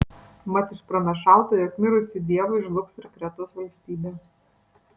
mat išpranašauta jog mirus jų dievui žlugs ir kretos valstybė